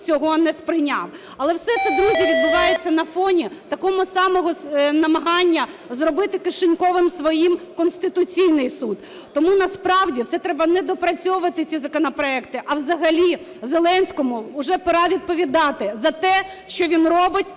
цього не сприйняв. Але все це, друзі, відбувається на фоні такого самого намагання зробити кишеньковим своїм Конституційний Суд. Тому насправді це треба не доопрацьовувати ці законопроекти, а взагалі Зеленському вже пора відповідати за те, що він робить